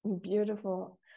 Beautiful